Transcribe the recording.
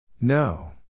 No